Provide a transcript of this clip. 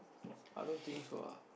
I don't think so lah